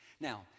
Now